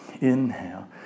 inhale